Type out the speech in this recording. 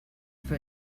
for